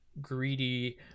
greedy